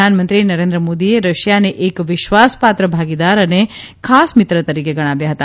પ્રધાનમંત્રી નરેન્દ્ર મોદીએ રશિયાને એક વિશ્વાસપાત્ર ભાગીદાર અને ખાસ મિત્ર તરીકે ગણાવ્યા હતા